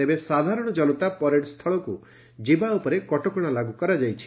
ତେବେ ସାଧାରଣ ଜନତା ପରେଡ ସ୍ଛଳକୁ ଯିବା ଉପରେ କଟକଣା ଲାଗୁ କରାଯାଇଛି